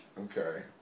Okay